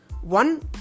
one